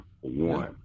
one